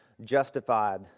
justified